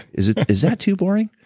is is that too boring?